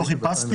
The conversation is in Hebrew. לא חיפשתי.